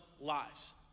lies